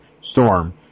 Storm